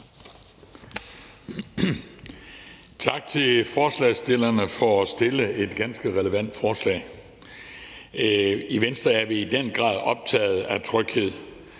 Tak til forslagsstillerne for at fremsætte et ganske relevant forslag. I Venstre er vi i den grad optaget af tryghed.